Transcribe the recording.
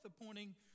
appointing